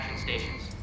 stations